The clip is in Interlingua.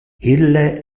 ille